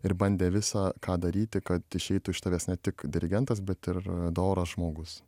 ir bandė visa ką daryti kad išeitų iš tavęs ne tik dirigentas bet ir doras žmogus